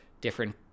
different